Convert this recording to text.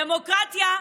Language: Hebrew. דמוקרטיה,